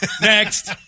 next